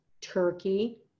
turkey